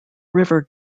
river